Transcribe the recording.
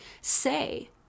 say